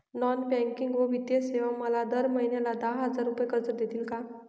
Non banking व वित्तीय सेवा मला दर महिन्याला दहा हजार रुपये कर्ज देतील का?